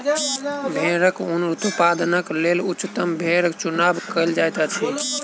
भेड़क ऊन उत्पादनक लेल उच्चतम भेड़क चुनाव कयल जाइत अछि